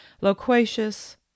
Loquacious